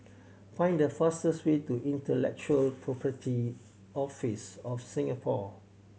find the fastest way to Intellectual Property Office of Singapore